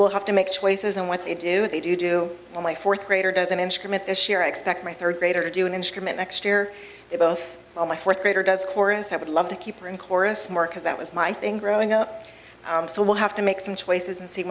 will have to make choices in what they do they do what my fourth grader doesn't implement this year i expect my third grader to do an instrument next year they both know my fourth grader does corin's i would love to keep her in chorus more because that was my thing growing up so we'll have to make some choices and see